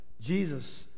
Jesus